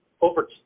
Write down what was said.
over